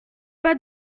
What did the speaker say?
pas